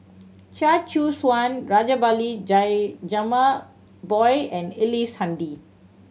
Chia Choo Suan Rajabali Jumabhoy and Ellice Handy